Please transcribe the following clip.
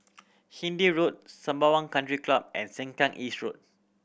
Hindhede Road Sembawang Country Club and Sengkang East Road